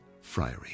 Friary